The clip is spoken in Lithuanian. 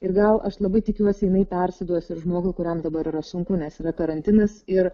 ir gal aš labai tikiuosi jinai persiduos ir žmogui kuriam dabar yra sunku nes yra karantinas ir